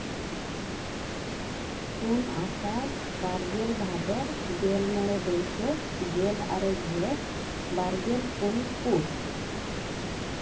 ᱯᱩᱱ ᱟᱥᱟᱲ ᱵᱟᱨ ᱜᱮᱞ ᱵᱷᱟᱫᱚᱨ ᱜᱮᱞ ᱢᱚᱬᱮ ᱵᱟᱹᱭᱥᱟᱹᱠᱷ ᱜᱮᱞ ᱟᱨᱮ ᱡᱷᱮᱸᱴ ᱵᱟᱨ ᱜᱮᱞ ᱯᱩᱱ ᱯᱩᱥ